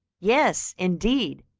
yes, indeed,